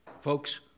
Folks